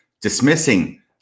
dismissing